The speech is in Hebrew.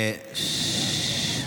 ששש.